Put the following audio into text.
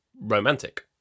romantic